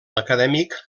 acadèmic